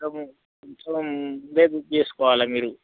కొంచెం కొంచెం ముందే బుక్ చేసుకోవాలా మీరు